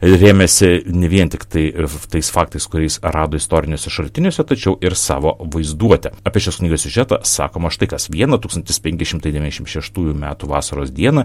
rėmėsi ne vien tiktai ir tais faktais kuriais rado istoriniuose šaltiniuose tačiau ir savo vaizduote apie šios siužetą sakoma štai kas vieną tūkstantis penki šimtai devyniasdešim šeštųjų metų vasaros dieną